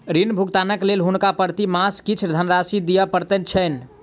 ऋण भुगतानक लेल हुनका प्रति मास किछ धनराशि दिअ पड़ैत छैन